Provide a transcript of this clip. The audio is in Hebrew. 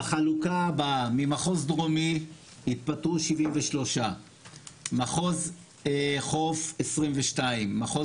בחלוקה: ממחוז דרומי התפטרו 73. מחוז חוף 22. מחוז